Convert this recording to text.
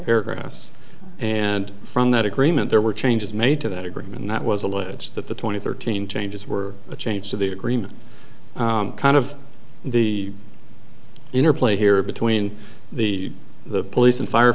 paragraphs and from that agreement there were changes made to that agreement that was alleged that the twenty thirteen changes were a change to the agreement kind of the interplay here between the police and